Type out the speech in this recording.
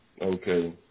Okay